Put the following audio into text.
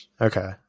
Okay